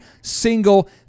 single